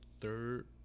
Third